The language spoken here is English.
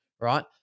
right